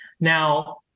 Now